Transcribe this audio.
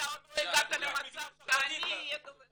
אתה לא הגעת למצב שאני אהיה דוברת שלך.